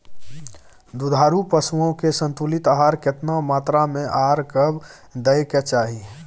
दुधारू पशुओं के संतुलित आहार केतना मात्रा में आर कब दैय के चाही?